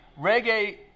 reggae